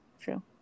true